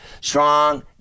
strong